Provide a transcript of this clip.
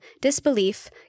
disbelief